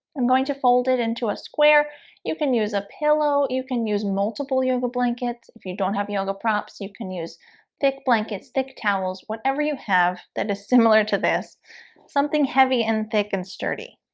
i'm going to fold it into a square you can use a pillow you can use multiple yoga blankets. if you don't have yoga props, you can use thick blankets thick towels whatever you have that is similar to this something heavy and thick and sturdy